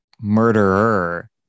murderer